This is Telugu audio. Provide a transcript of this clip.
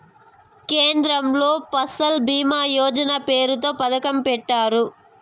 కేంద్రంలో ఫసల్ భీమా యోజన పేరుతో పథకం పెట్టారు